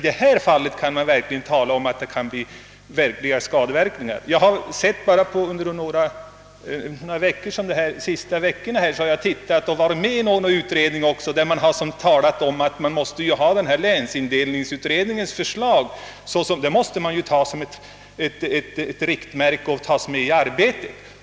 Den saken har också framhållits flera gånger tidigare. Bara under de senaste veckorna har jag sett uppgifter om att länsindelningsutredningens förslag måste vara ett riktmärke i arbetet.